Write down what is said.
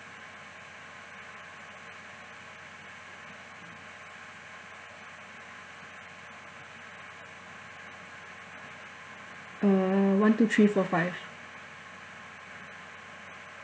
uh one two three four five